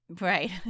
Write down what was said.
Right